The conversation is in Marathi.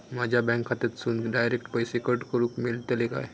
माझ्या बँक खात्यासून डायरेक्ट पैसे कट करूक मेलतले काय?